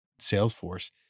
Salesforce